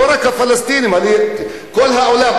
כל העולם.